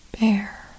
bear